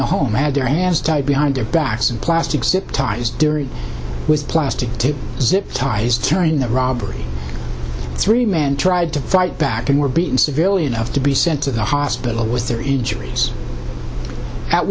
the home had their hands tied behind their backs and plastic zip ties dury with plastic to zip ties turning the robbery three men tried to fight back and were beaten severely enough to be sent to the hospital with their injuries at